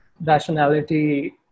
rationality